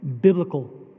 biblical